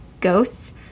ghosts